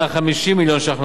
על-פי הערכת הקרנות,